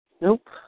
Nope